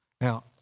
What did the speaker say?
Now